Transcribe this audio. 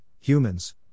humans